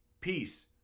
Peace